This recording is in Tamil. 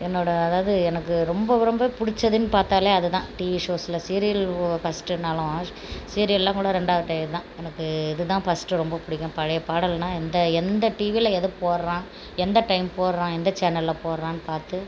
என்னோட அதாவது எனக்கு ரொம்ப ரொம்ப பிடிச்சதுன்னு பார்த்தாலே அது தான் டிவி ஷோஸில் சீரியல் ஃபர்ஸ்ட்னாலும் சீரியல்லா கூட ரெண்டாவது டைம் தான் எனக்கு இதுதான் ஃபர்ஸ்ட்டு ரொம்ப பிடிக்கும் பழைய பாடல்னா எந்த டிவியில் எதை போடுறான் எந்த டைம் போடுறான் எந்த சேனலில் போடுறான்னு பார்த்து